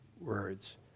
words